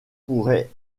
pourrait